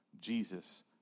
Jesus